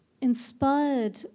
inspired